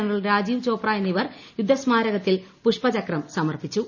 general Rajeev Chopra എന്നിവർ യുദ്ധ സ്മാരകത്തിൽ പുഷ്പചക്രം സമർപ്പിച്ചു